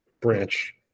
branch